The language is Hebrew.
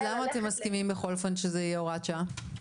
אז למה אתם מסכימים בכל אופן שזה יהיה הוראת שעה?